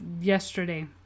Yesterday